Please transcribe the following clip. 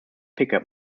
pickup